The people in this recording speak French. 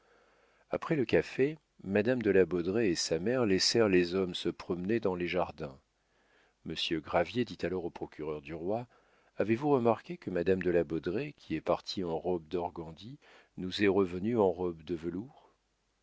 après le café madame de la baudraye et sa mère laissèrent les homme se promener dans les jardins monsieur gravier dit alors au procureur du roi avez-vous remarqué que madame de la baudraye qui est partie en robe d'organdi nous est revenue en robe de velours